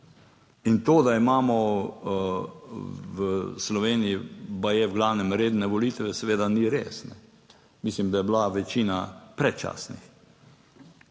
in to, da imamo v Sloveniji baje v glavnem redne volitve, seveda ni res. Mislim, da je bila večina predčasnih.